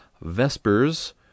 Vespers